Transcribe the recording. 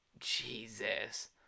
jesus